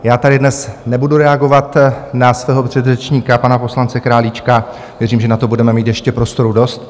Já tady dnes nebudu reagovat na svého předřečníka, pana poslance Králíčka, věřím, že na to budeme mít ještě prostoru dost.